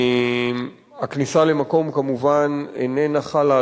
הכניסה למקום כמובן איננה חלה,